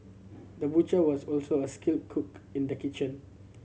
the butcher was also a skilled cook in the kitchen